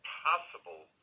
possible